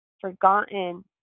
forgotten